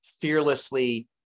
fearlessly